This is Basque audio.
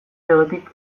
legetik